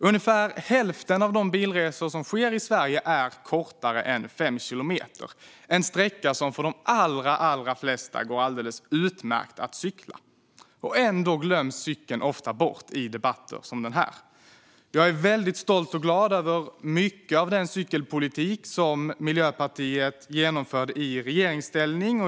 Ungefär hälften av de bilresor som sker i Sverige är kortare än fem kilometer, en sträcka som för de allra flesta går alldeles utmärkt att cykla. Ändå glöms cykeln ofta bort i debatter som denna. Jag är väldigt stolt och glad över mycket av den cykelpolitik som Miljöpartiet genomförde i regeringsställning.